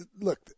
look